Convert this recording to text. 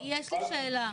יש לי שאלה.